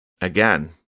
Again